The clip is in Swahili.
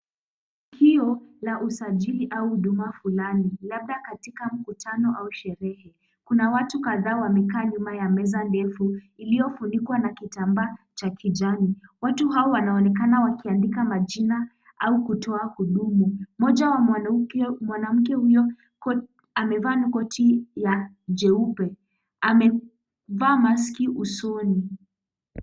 Tukio la usajili au huduma fulani, labda katika mkutano au sehemu. Kuna watu kadhaa wamekaa nyuma ya meza ndefu, hiyo kulikuwa na kitambaa cha kijani. Watu hao wanaonekana wakiandika majina au kutoa hudumu. Moja wa mwanamke huyo amevaa koti ya jeupe, amevaa maski usoni.